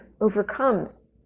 overcomes